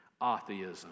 atheism